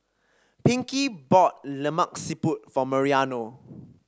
Pinkey bought Lemak Siput for Mariano